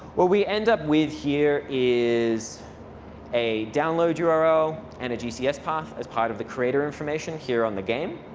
what we end up with here is a download yeah url and a gcs path as part of the creator information here on the game.